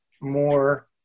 more